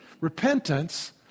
Repentance